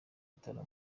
bitaro